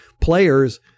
players